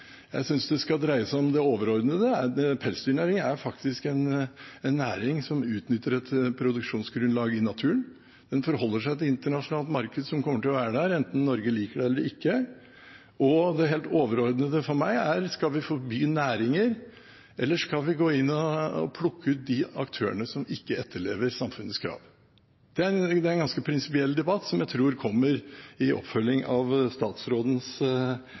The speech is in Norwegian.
Jeg synes det skal dreie seg om det overordnede: Pelsdyrnæringen er faktisk en næring som utnytter et produksjonsgrunnlag i naturen, den forholder seg til et internasjonalt marked som kommer til å være der enten Norge liker det eller ikke, og det helt overordnede for meg er om vi skal forby næringer, eller om vi skal gå inn og plukke ut de aktørene som ikke etterlever samfunnets krav. Det er en ganske prinsipiell debatt, som jeg tror kommer i oppfølgingen av statsrådens